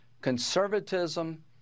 conservatism